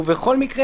ובכל מקרה,